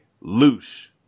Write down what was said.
loose